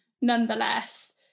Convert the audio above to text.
nonetheless